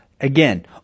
Again